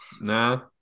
nah